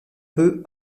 peu